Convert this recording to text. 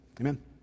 Amen